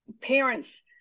parents